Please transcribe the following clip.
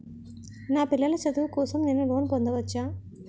నా పిల్లల చదువు కోసం నేను లోన్ పొందవచ్చా?